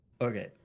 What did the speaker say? Okay